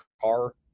car